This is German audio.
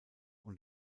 und